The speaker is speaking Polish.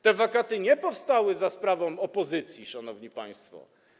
Te wakaty nie powstały za sprawą opozycji, szanowni państwo.